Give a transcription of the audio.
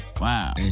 Wow